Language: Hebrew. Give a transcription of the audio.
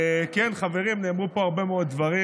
כן, חברים, נאמרו פה הרבה מאוד דברים.